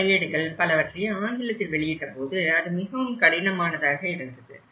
இந்த கையேடுகள் பலவற்றை ஆங்கிலத்தில் வெளியிட்டபோது அது மிகவும் கடினமானதாக இருந்தது